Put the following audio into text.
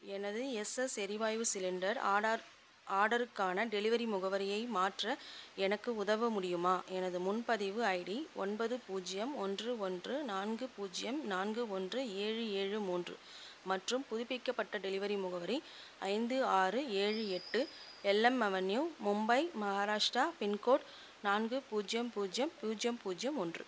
எனது எஸ்எஸ் எரிவாய்வு சிலிண்டர் ஆடார் ஆடருக்கான டெலிவரி முகவரியை மாற்ற எனக்கு உதவ முடியுமா எனது முன்பதிவு ஐடி ஒன்பது பூஜ்யம் ஒன்று ஒன்று நான்கு பூஜ்யம் நான்கு ஒன்று ஏழு ஏழு மூன்று மற்றும் புதுப்பிக்கப்பட்ட டெலிவரி முகவரி ஐந்து ஆறு ஏழு எட்டு L M avenue Mumbai Maharashtra pin code நான்கு பூஜ்யம் பூஜ்யம் பூஜ்யம் பூஜ்யம் ஒன்று